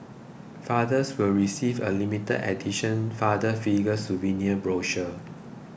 fathers will receive a limited edition Father Figures souvenir brochure